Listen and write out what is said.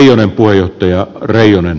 arvoisa herra puhemies